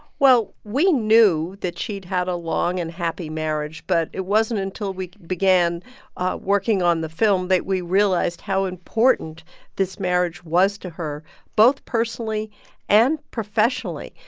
well, we knew that she'd had a long and happy marriage, but it wasn't until we began working on the film that we realized how important this marriage was to her both personally and professionally.